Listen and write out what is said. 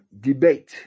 debate